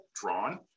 drawn